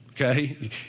Okay